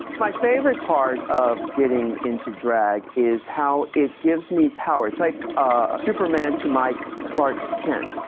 my favorite part of getting into drag is how it gives me power. it's like ah superman to my clark kent.